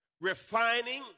refining